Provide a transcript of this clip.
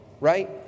right